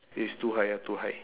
is too high ah too high